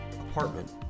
apartment